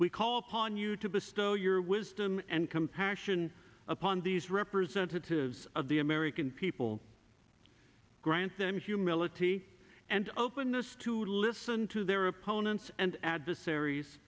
we call upon you to bestow your wisdom and compassion upon these representatives of the american people grant them humility and openness to listen to their opponents and adversaries